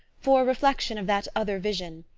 for a reflection of that other vision,